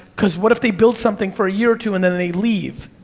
cause what if they build something for a year or two and then they leave?